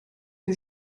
que